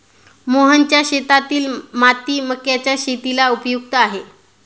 मोहनच्या शेतातील माती मक्याच्या शेतीला उपयुक्त आहे